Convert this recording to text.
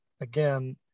again